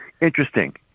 Interesting